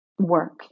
work